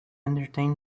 entertain